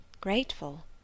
Grateful